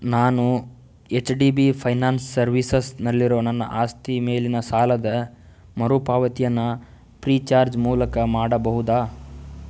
ನಾನು H D B finance ಸರ್ವಿಸಸ್ನಲ್ಲಿರೋ ನನ್ನ ಆಸ್ತಿ ಮೇಲಿನ ಸಾಲದ ಮರುಪಾವತಿಯನ್ನು ಫ್ರೀ ಚಾರ್ಜ್ ಮೂಲಕ ಮಾಡಬಹುದಾ